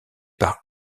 par